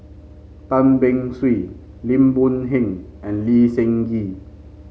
Tan Beng Swee Lim Boon Heng and Lee Seng Gee